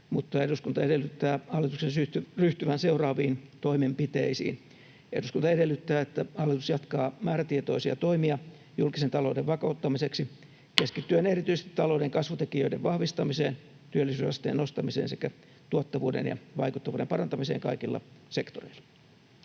mutta eduskunta edellyttää hallituksen ryhtyvän seuraaviin toimenpiteisiin: eduskunta edellyttää, että hallitus jatkaa määrätietoisia toimia julkisen talouden vakauttamiseksi keskittyen erityisesti talouden kasvutekijöiden vahvistamiseen, työllisyysasteen nostamiseen sekä tuottavuuden ja vaikuttavuuden parantamiseen kaikilla sektoreilla.”